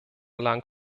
lang